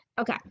Okay